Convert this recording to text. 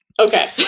Okay